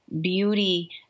beauty